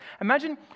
imagine